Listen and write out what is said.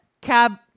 Cab